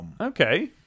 okay